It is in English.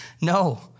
No